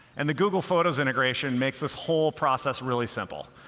and the google photos integration makes this whole process really simple.